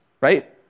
right